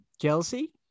jealousy